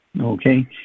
Okay